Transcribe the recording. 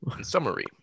Summary